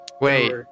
Wait